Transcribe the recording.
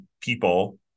people